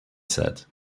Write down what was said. said